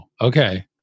okay